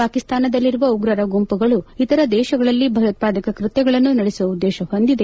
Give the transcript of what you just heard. ಪಾಕಿಸ್ತಾನದಲ್ಲಿರುವ ಉಗ್ರರ ಗುಂಪುಗಳು ಇತರ ದೇಶಗಳಲ್ಲಿ ಭಯೋತ್ಪಾದಕ ಕೃತ್ಯಗಳನ್ನು ನಡೆಸುವ ಉದ್ದೇಶ ಹೊಂದಿದೆ